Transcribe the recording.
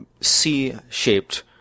C-shaped